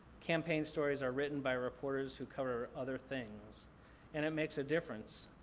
campaign stories are written by reporters who cover other things and it makes a difference.